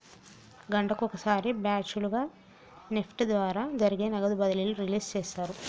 గంటకొక సారి బ్యాచ్ లుగా నెఫ్ట్ ద్వారా జరిపే నగదు బదిలీలు రిలీజ్ చేస్తారు